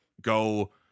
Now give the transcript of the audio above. go